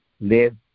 live